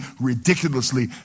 ridiculously